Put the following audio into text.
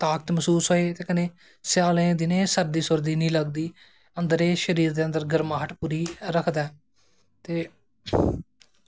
इक ते ताकत मसूस होई ते कन्नै स्याले दे दिनें सर्दी सुर्दी नी लग्गै अन्दर एह् शऱीर दे अन्दर गर्माह्ट पूरी रखदा ऐ ते